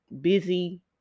busy